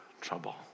trouble